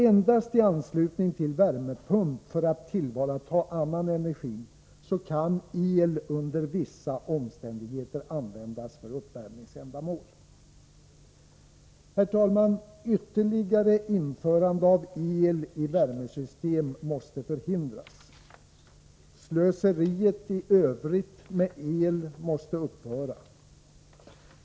Endast i anslutning till värmepump för att tillvarata annan energi kan el under vissa omständigheter användas för uppvärmningsändamål. Herr talman! Ytterligare införande av el i värmesystem måste förhindras. Slöseriet i övrigt med el måste upphöra.